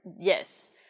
Yes